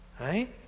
Right